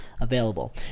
available